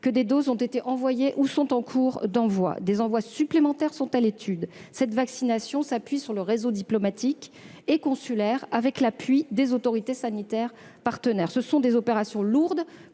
que des doses ont été envoyées ou sont en cours d'envoi. Des envois supplémentaires sont à l'étude. Cette vaccination s'appuie sur le réseau diplomatique et consulaire, avec l'appui des autorités sanitaires partenaires. Ce sont des opérations lourdes,